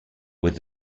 with